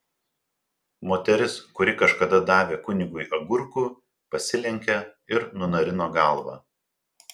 moteris kuri kažkada davė kunigui agurkų pasilenkė ir nunarino galvą